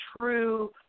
true